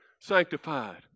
sanctified